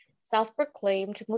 self-proclaimed